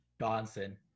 Johnson